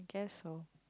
guess so